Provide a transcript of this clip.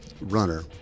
Runner